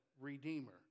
redeemer